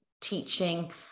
teaching